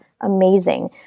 amazing